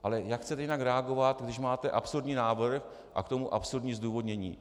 Ale jak chcete jinak reagovat, když máte absurdní návrh a k tomu absurdní zdůvodnění?